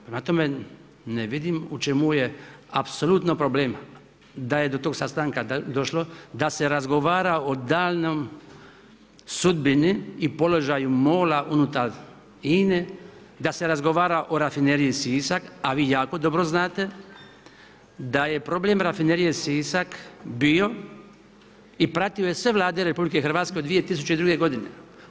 Prema tome, ne vidim u čemu je apsolutno problem da je do tog sastanka došlo da se razgovara o daljnjoj sudbini i položaju MOL-a unutar INA-e, da se razgovara o Rafineriji Sisak, a vi jako dobro znate da je problem Rafinerije Sisak bio i pratio je sve Vlade RH od 2002. godine.